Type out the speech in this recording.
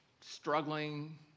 struggling